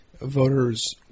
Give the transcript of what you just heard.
voters –